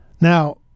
Now